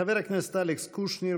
חבר הכנסת אלכס קושניר,